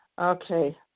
Okay